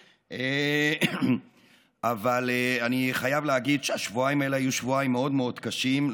אני חייב להגיד שהשבועיים האלה היו שבועיים מאוד מאוד קשים,